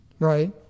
Right